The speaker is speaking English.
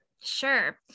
sure